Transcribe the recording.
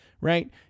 Right